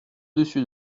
dessus